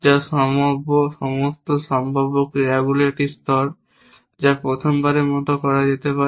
যা সমস্ত সম্ভাব্য ক্রিয়াগুলির একটি স্তর যা প্রথমবারের মতো করা যেতে পারে